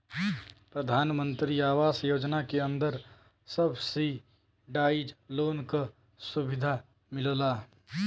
प्रधानमंत्री आवास योजना के अंदर सब्सिडाइज लोन क सुविधा मिलला